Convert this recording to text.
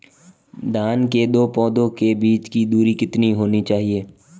धान के दो पौधों के बीच की दूरी कितनी होनी चाहिए?